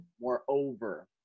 moreover